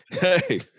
Hey